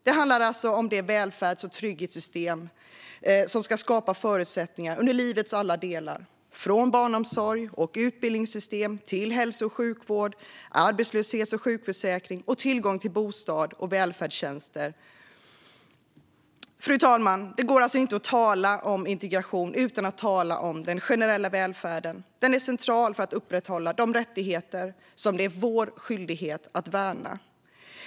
Det handlar om det välfärds och trygghetssystem som ska skapa förutsättningar under livets alla delar, från barnomsorg och utbildningssystem till hälso och sjukvård, arbetslöshets och sjukförsäkring samt tillgång till bostad och välfärdstjänster. Fru talman! Det går alltså inte att tala om integration utan att tala om den generella välfärden. Den är central för att upprätthålla de rättigheter som det är vår skyldighet att värna.